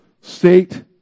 state